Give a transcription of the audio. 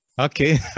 Okay